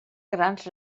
grans